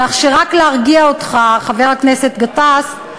כך שרק להרגיע אותך, חבר הכנסת גטאס,